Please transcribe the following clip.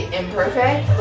imperfect